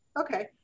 okay